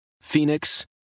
Phoenix